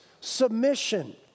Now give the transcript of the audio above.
submission